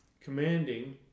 Commanding